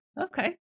Okay